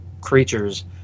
creatures